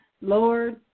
Lord